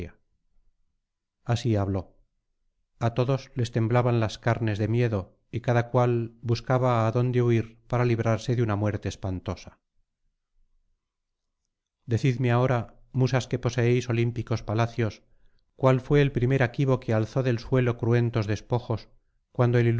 así habló a todos les temblaban las carnes de miedo y cada cual buscaba adonde huir para librarse de una muerte espantosa decidme ahora musas que poseéis olímpicos palacios cuál fué el primer aquivo que alzó del suelo cruentos despojos cuando el